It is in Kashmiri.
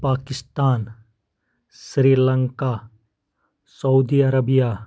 پاکِستان سری لنٛکا سعودی عرَبیہ